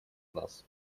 нас